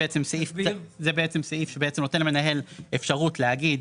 זה בעצם סעיף שבעצם נותן למנהל אפשרות להגיד